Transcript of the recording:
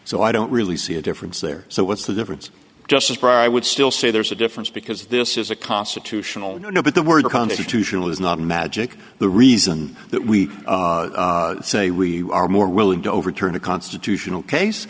so i don't really see a difference there so what's the difference just for i would still say there's a difference because this is a constitutional no no but the word constitutional is not magic the reason that we say we are more willing to overturn a constitutional case